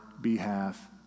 behalf